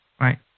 Right